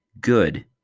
good